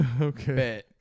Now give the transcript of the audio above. Okay